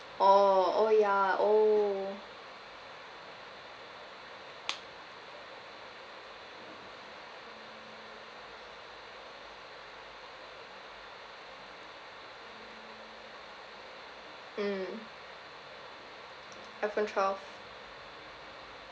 oh oh ya oh mm iPhone twelve